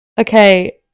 okay